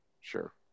Sure